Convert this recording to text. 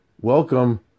welcome